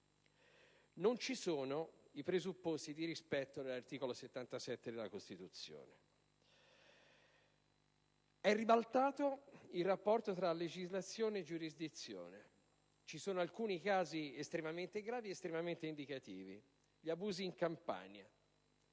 non ci sono i presupposti di rispetto all'articolo 77 della Costituzione. È ribaltato il rapporto tra legislazione e giurisdizione, ci sono alcuni casi estremamente gravi ed estremamente indicativi, come gli abusi in Campania.